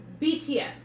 BTS